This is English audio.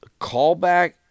callback